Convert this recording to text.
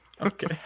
okay